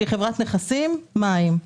שהיא חברת נכסים מים.